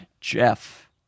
Jeff